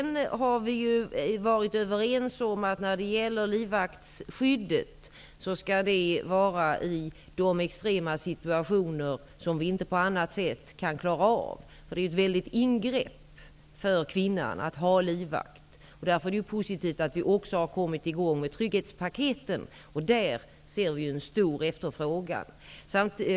När det gäller livvaktsskyddet har vi varit överens om att man skall ta till det i de extrema situationer som man inte kan klara av på annat sätt. Det innebär ju ett mycket stort ingrepp för kvinnan att ha livvakt. Därför är det positivt att vi också har kommit i gång med trygghetspaketen, och på dessa är det en stor efterfrågan.